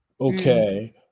Okay